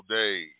day